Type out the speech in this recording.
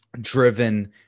driven